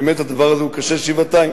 באמת הדבר הזה הוא קשה שבעתיים.